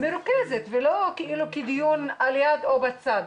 מרוכזת, ולא כדיון על יד או בצד.